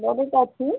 ବଡ଼ଟା ଅଛି